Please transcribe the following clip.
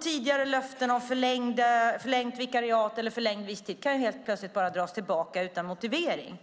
Tidigare löften om förlängt vikariat eller förlängd visstid kan helt plötsligt bara dras tillbaka utan motivering.